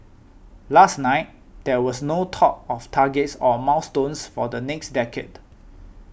last night there was no talk of targets or milestones for the next decade